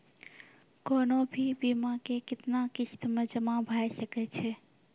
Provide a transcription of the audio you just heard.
कोनो भी बीमा के कितना किस्त मे जमा भाय सके छै?